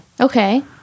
Okay